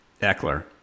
Eckler